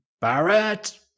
barrett